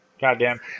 Goddamn